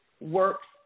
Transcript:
works